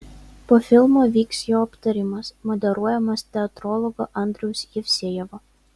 po filmo vyks jo aptarimas moderuojamas teatrologo andriaus jevsejevo